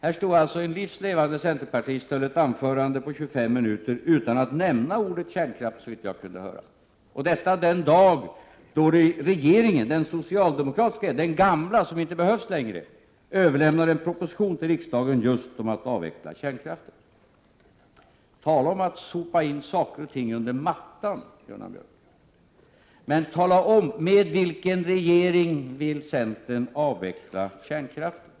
Här stod alltså en livs levande centerpartist och höll ett anförande på 25 minuter utan att, såvitt jag kunde höra, nämna ordet kärnkraft — och detta den dag då den socialdemokratiska regeringen, den gamla som inte längre behövs, överlämnade en proposition till riksdagen om att just avveckla kärnkraften. Tala om att sopa saker under mattan, Gunnar Björk. Berätta med vilken regering centern vill avveckla kärnkraften.